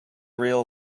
real